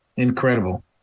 Incredible